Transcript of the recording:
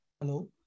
Hello